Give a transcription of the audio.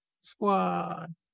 Squad